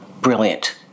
brilliant